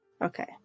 Okay